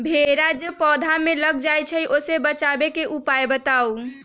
भेरा जे पौधा में लग जाइछई ओ से बचाबे के उपाय बताऊँ?